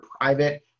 private